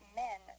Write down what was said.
men